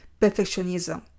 perfectionism